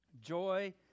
Joy